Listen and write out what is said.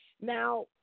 Now